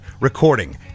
recording